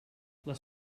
les